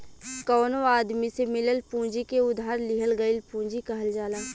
कवनो आदमी से मिलल पूंजी के उधार लिहल गईल पूंजी कहल जाला